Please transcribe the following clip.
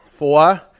Four